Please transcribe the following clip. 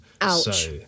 Ouch